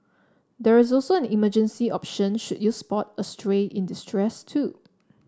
there's also an emergency option should you spot a stray in distress too